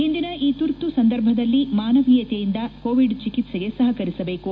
ಇಂದಿನ ಈ ತುರ್ತು ಸಂದರ್ಭದಲ್ಲಿ ಮಾನವೀಯತೆಯಿಂದ ಕೋವಿಡ್ ಚಿಕಿತ್ಸೆಗೆ ಸಹಕರಿಸಬೇಕು